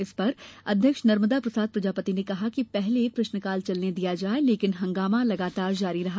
इस पर अध्यक्ष नर्मदा प्रसाद प्रजापति ने कहा कि पहले प्रश्नकाल चलने दिया जाये लेकिन हंगामा लगातार जारी रहा